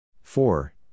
four